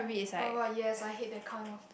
oh-my-god yes I hate that kind of